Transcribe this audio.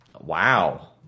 Wow